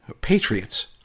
patriots